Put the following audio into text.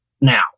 now